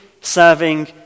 serving